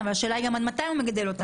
השאלה עד מתי הוא מגדל אותם.